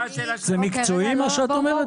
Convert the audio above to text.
זה מקצועי מה שאת אומרת?